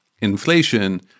inflation